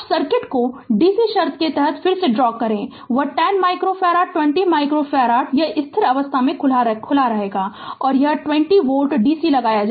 अब सर्किट को dc शर्त के तहत फिर से ड्रा करें कि वह 10 माइक्रो फैराड 20 माइक्रो फैराड यह स्थिर अवस्था में खुला रहेगा और 20 वोल्ट dc लगाया जाता है